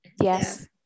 Yes